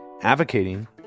advocating